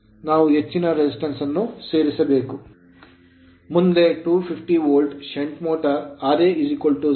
ಮುಂದೆ 250 volt shunt motor shunt motor ra 0